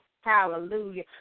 Hallelujah